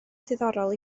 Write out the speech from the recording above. diddorol